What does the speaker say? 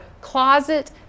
closet